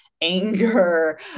anger